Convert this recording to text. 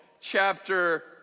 chapter